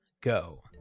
go